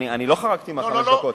אני לא חרגתי מחמש דקות,